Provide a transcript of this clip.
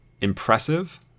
impressive